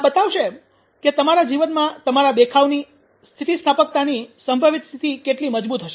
આ બતાવશે કે તમારા જીવનમાં તમારા દેખાવની સ્થિતિસ્થાપકતાની સંભવિત સ્થિતિ કેટલી મજબૂત હશે